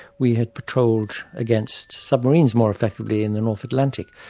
we had patrolled against submarines more effectively in the north atlantic,